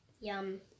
Yum